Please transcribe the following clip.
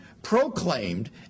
proclaimed